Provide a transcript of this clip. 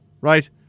Right